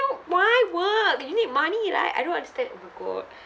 why work you need money right I don't understand oh my god